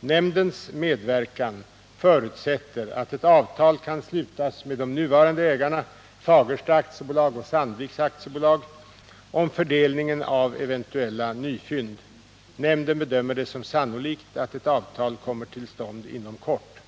Nämndens medverkan förutsätter att ett avtal kan slutas med de nuvarande ägarna, Fagersta AB och Sandvik AB, om fördelningen av eventuella nyfynd. Nämnden bedömer det som sannolikt att ett avtal kan komma till stånd inom kort.